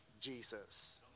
Jesus